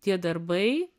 tie darbai